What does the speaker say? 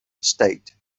state